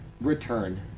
return